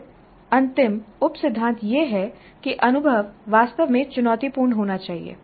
फिर अंतिम उप सिद्धांत यह है कि अनुभव वास्तव में चुनौतीपूर्ण होना चाहिए